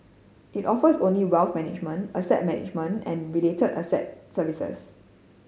it offers only wealth management asset management and related asset services